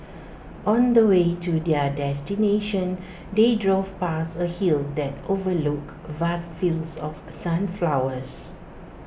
on the way to their destination they drove past A hill that overlooked vast fields of sunflowers